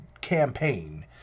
campaign